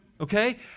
Okay